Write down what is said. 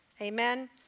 Amen